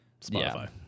Spotify